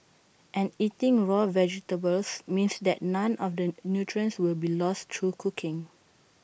and eating raw vegetables means that none of the nutrients will be lost through cooking